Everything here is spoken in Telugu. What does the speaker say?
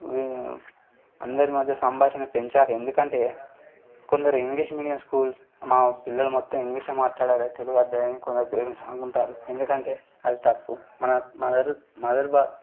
అందరి మధ్యన సంభాషణ పెంచాలి ఎందుకంటే కొందరు ఇంగ్లీష్ మీడియం స్కూల్స్ మా పిల్లలు మొత్తం ఇంగ్లీషే మాట్లాడాలి తెలుగు అర్థం కొందరు పేరెంట్స్ అనుకుంటారు ఎందుకంటే అది తప్పు మన మదర్ మదర్ బా